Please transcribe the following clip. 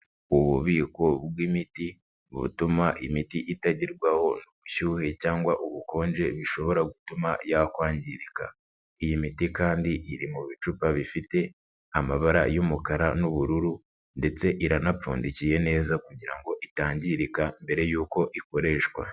Ububiko bw'imiti butuma imiti itagerwaho n'ubushyuhe cyangwa ubukonje bishobora gutuma yakwangirika, iyi miti kandi iri mu bicupa bifite amabara y'umukara n'ubururu ndetse iranapfundikiye neza kugira ngo itangirika mbere yuko ikoreshwa.